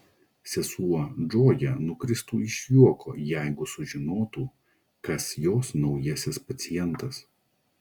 sesuo džoja nukristų iš juoko jeigu sužinotų kas jos naujasis pacientas